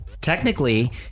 technically